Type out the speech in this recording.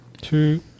Two